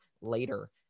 later